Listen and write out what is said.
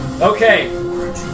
Okay